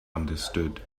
understood